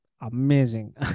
amazing